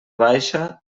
baixa